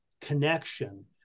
connection